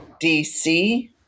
DC